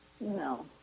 No